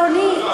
אדוני,